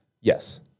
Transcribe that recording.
Yes